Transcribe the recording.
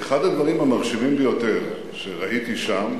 שאחד הדברים המרשימים ביותר שראיתי שם,